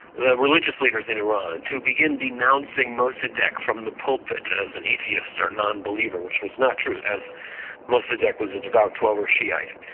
the religious leaders in iran, to begin denouncing mosaddegh and from the pulpit as an atheist or nonbeliever, which was not true, as mosaddegh was a devout twelver shi'ite.